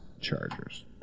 Chargers